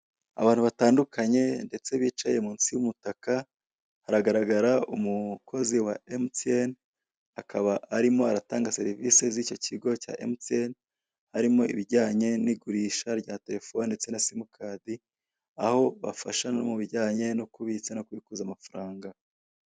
Abantu batandukanye ndetse bicaye munsi y'umutaka, haragaragara umukozi wa emutiyeni akaba arimo aratanga serivise z'icyo kigo cya emutiyeni, harimo ibijyanye n'igurisha rya telefone ndetse na simukadi, aho bafasha no mu bijyanye no kubitsa no kubikuza amafaranga.